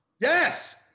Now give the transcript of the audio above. Yes